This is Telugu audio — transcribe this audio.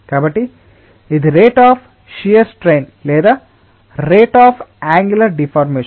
కాబట్టి ఇది రేట్ అఫ్ షియర్ స్ట్రెన్ లేదా రేట్ అఫ్ అన్గులర్ డిఫార్మేషన్